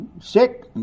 sick